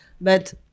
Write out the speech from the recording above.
But-